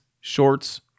shorts